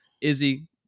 Izzy